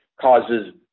causes